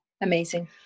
Amazing